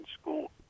school